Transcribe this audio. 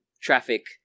traffic